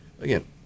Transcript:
again